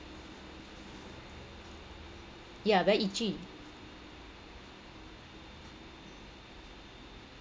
yeah very itchy